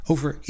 Over